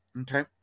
Okay